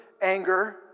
anger